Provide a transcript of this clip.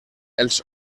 els